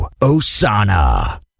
Osana